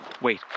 Wait